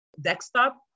desktop